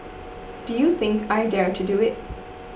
do you think I dare to do it